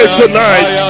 tonight